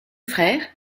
frères